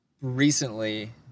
recently